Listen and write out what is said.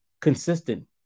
consistent